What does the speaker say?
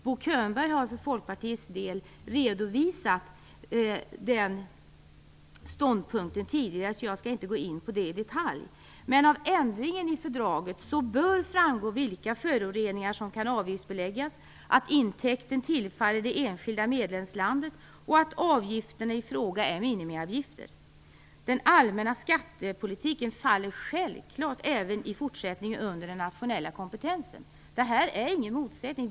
Bo Könberg har för Folkpartiets del redovisat den ståndpunkten tidigare. Jag skall därför inte gå in på detta i detalj. Men av ändringen i fördraget bör det framgå vilka föroreningar som kan avgiftsbeläggas. Det bör också framgå att intäkten tillfaller det enskilda medlemslandet och att avgifterna i fråga är minimiavgifter. Den allmänna skattepolitiken faller självklart även i fortsättningen under den nationella kompetensen. Det här är ingen motsättning.